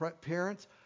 Parents